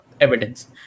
evidence